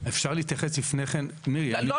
אפשר להתייחס לפני כן --- לא,